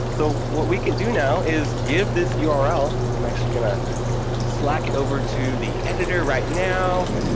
so, what we can do now is give this yeah url, i'm actually going to slack over to the editor right now,